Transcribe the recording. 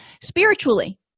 Spiritually